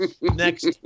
next